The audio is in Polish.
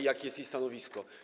Jakie jest jej stanowisko?